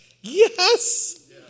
yes